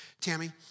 Tammy